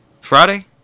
Friday